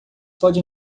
pode